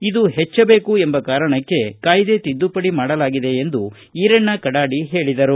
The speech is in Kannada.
ಇದು ಹೆಚ್ಚಬೇಕು ಎಂಬ ಕಾರಣಕ್ಕೆ ಕಾಯ್ದೆ ತಿದ್ದುಪಡಿ ಮಾಡಲಾಗಿದೆ ಎಂದು ಈರಣ್ಣ ಕಡಾಡಿ ಹೇಳಿದರು